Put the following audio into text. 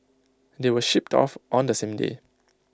they were shipped off on the same day